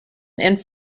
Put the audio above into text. and